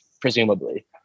presumably